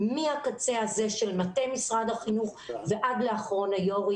מהקצה הזה של מטה משרד החינוך ועד לאחרון יושבי הראש,